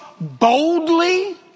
boldly